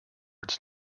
its